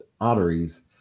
arteries